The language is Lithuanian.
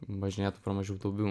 važinėtų pro mažiau duobių